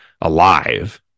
alive